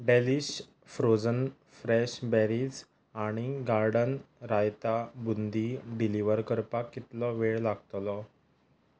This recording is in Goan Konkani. डॅलीश फ्रोझन फ्रॅश बॅरीज आनीक गार्डन रायता बुंदी डिलिवर करपाक कितलो वेळ लागतोलो